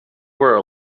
were